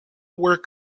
work